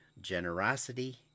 generosity